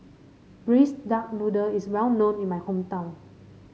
Braised Duck Noodle is well known in my hometown